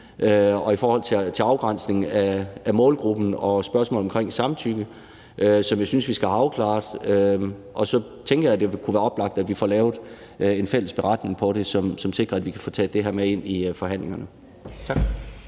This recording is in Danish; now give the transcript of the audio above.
og i forhold til afgrænsningen af målgruppen og spørgsmålet omkring samtykke, som jeg synes vi skal have afklaret, og så tænker jeg, at det kunne være oplagt, at vi får lavet en fælles beretning på det, som sikrer, at vi kan få taget det med ind i forhandlingerne. Tak.